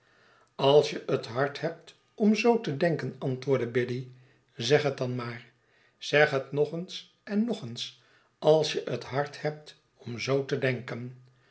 als je het hart hebt om zoo te denken antwoordde biddy zeg het dan maar zeg het nog eens en nog eens als je het hart hebt om zoo te denken